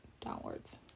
downwards